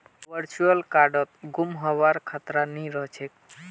virtual कार्डत गुम हबार खतरा नइ रह छेक